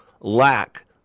lack